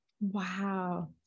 wow